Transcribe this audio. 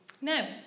No